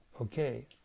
Okay